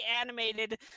animated